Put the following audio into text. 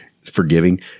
forgiving